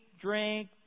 drink